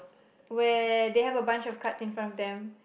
where they have a bunch of cards in front of them